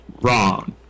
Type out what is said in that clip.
wrong